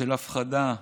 של הפחדה,